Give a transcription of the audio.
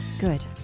Good